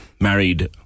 married